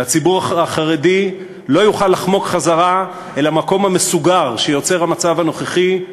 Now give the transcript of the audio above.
והציבור החרדי לא יוכל לחמוק חזרה אל המקום המסוגר שיוצר המצב הנוכחי,